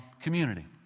community